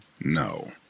no